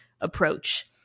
approach